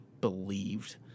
believed